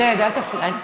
עודד, אל תפריע.